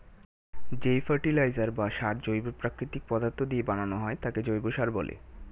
যেই ফার্টিলাইজার বা সার জৈব প্রাকৃতিক পদার্থ দিয়ে বানানো হয় তাকে জৈব সার বলে